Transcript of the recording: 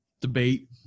debate